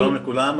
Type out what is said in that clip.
שלום לכולם,